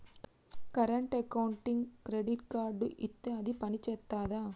Current అకౌంట్కి credit card ఇత్తే అది పని చేత్తదా?